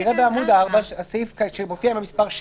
בסעיף 6: